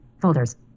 Folders